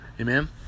Amen